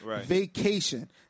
Vacation